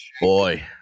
Boy